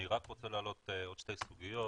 אני רק רוצה להעלות עוד שתי סוגיות